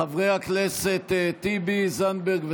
אני, חברי הכנסת טיבי, זנדברג וסעדי,